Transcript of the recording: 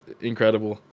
incredible